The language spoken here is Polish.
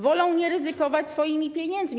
Wolą nie ryzykować swoimi pieniędzmi.